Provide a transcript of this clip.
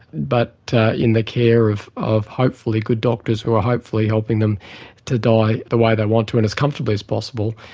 but in the care of of hopefully good doctors who are hopefully helping them to die the way they want to and as comfortably as possible.